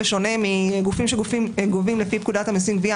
בשונה מגופים שגובים לפי פקודת המיסים (גבייה),